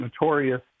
notorious